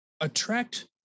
attract